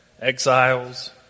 exiles